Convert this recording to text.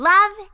Love